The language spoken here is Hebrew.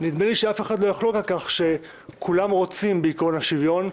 נדמה לי שאף אחד לא יחלוק על כך שכולם רוצים בעקרון השוויון,